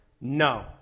No